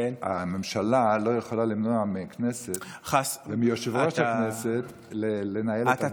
הממשלה לא יכולה למנוע מהכנסת ומיושב-ראש הכנסת לנהל את הדיון.